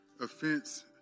offense